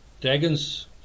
Dragons